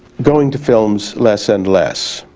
going to films less and less